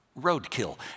roadkill